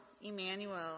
Emmanuel